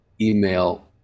email